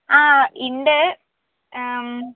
ആ ഉണ്ട്